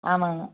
ஆமாங்க